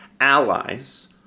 allies